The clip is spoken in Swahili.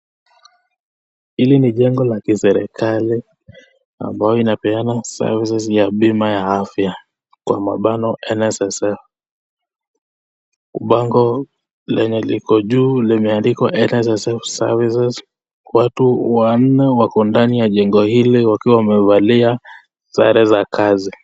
Hili ni jengo la kiserikali ambayo inapeana services ya bima afya (NSSF), pango ambalo liko juu limeandikwa NSSF services , watu wanne wako katika chengo hili wakiwa wamevalia sare za kazi.